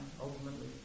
ultimately